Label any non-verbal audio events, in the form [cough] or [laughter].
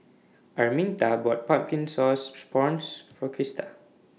Arminta bought Pumpkin Sauce [noise] Prawns For Krista